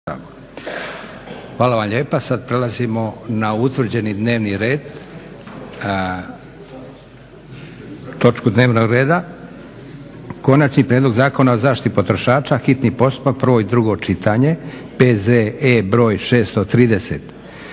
Josip (SDP)** Sad prelazimo na utvrđeni dnevni red, točku dnevnog reda - Konačni prijedlog Zakona o zaštiti potrošača, hitni postupak, prvo i drugo čitanje, P.Z.E. br. 630